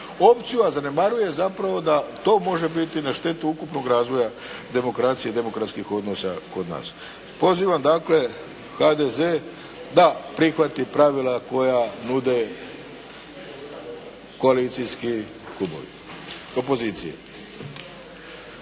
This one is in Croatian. opciju, a zanemaruje zapravo da to može biti na štetu ukupnog razvoja demokracije i demokratskih odnosa kod nas. Pozivam dakle HDZ da prihvati pravila koja nude koalicijske